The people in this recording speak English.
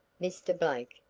mr. blake,